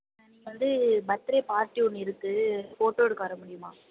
ஆ நீங்கள் வந்து birthday party ஒன்று இருக்கு ஃபோட்டோ எடுக்க வர முடியுமா